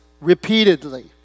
repeatedly